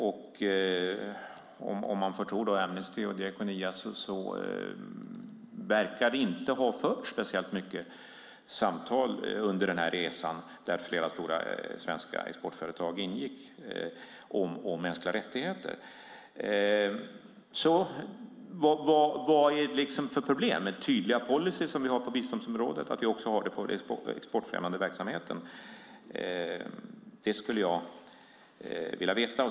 Om man får tro Amnesty och Diakonia verkar det inte ha förts speciellt mycket samtal under den här resan, där stora svenska exportföretag ingick, om mänskliga rättigheter. Vad är problemet med att få tydliga policyer som vi har på biståndsområdet också för den exportfrämjande verksamheten? Det skulle jag vilja veta.